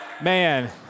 Man